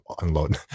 unload